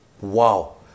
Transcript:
wow